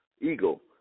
Eagle